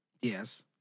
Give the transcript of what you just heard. Yes